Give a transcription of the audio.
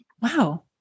wow